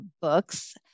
books